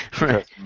right